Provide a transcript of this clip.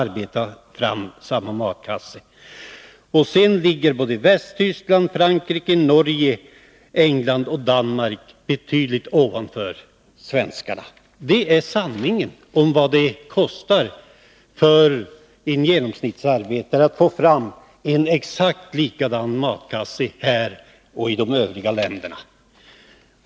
Motsvarande timantal är betydligt högre både i Västtyskland, Frankrike, Norge, Danmark och England än här i Sverige. Detta är, Grethe Lundblad, sanningen om vad det kostar för den genomsnittlige industriarbetaren i olika länder att köpa en matkasse med visst innehåll.